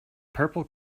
purple